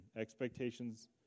expectations